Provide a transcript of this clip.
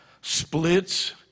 splits